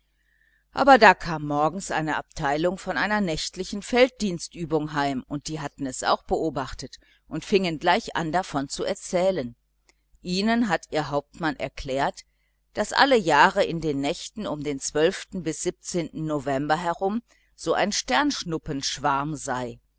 aber da kam morgens eine abteilung von einer nächtlichen felddienstübung heim und die hatten es auch beobachtet und fingen gleich davon an zu erzählen ihnen hat ihr hauptmann erklärt daß alle jahre in den nächten um den bis november herum so ein sternschnuppenschwarm sei